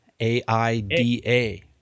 A-I-D-A